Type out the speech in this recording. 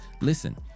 listen